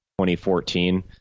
2014